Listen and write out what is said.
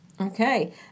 Okay